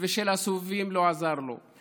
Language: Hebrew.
ושל הסובבים לא עזרו לו.